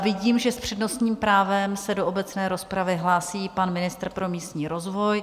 Vidím, že s přednostním právem se do obecné rozpravy hlásí pan ministr pro místní rozvoj.